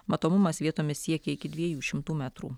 matomumas vietomis siekia iki dviejų šimtų metrų